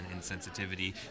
insensitivity